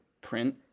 print